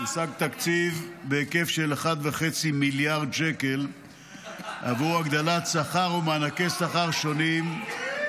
הושג תקציב בהיקף של 1.5 מיליארד שקל עבור הגדלת שכר ומענקי שכר שונים.